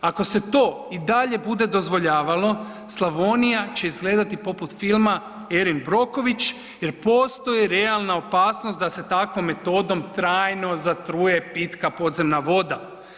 Ako se to i dalje bude dozvoljavalo Slavonija će izgledati poput filma Erin Broković jer postoji realna opasnost da se takvom metodom trajno zatruje pitka podzemna voda.